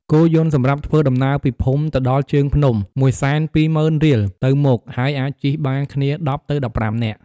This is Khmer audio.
គោយន្តសម្រាប់ធ្វើដំណើរពីភូមិទៅដល់ជើងភ្នំ ១២០,០០០រៀល (ទៅមក) ហើយអាចជិះបានគ្នា១០ទៅ១៥នាក់។